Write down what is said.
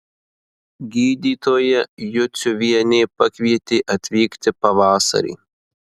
gydytoja juciuvienė pakvietė atvykti pavasarį